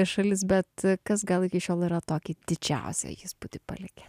šalis bet kas gal iki šiol yra tokį didžiausią įspūdį palikę